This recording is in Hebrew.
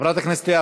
חברת הכנסת לאה